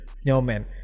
Snowman